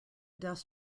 dust